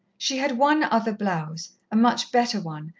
she had one other blouse, a much better one,